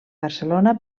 barcelona